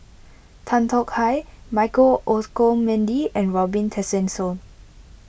Tan Tong Hye Michael Olcomendy and Robin Tessensohn